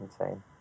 insane